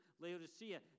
Laodicea